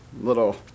little